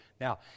Now